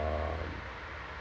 uh